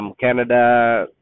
Canada